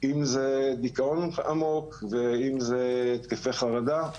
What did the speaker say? אם זה דיכאון עמוק ואם זה התקפי חרדה.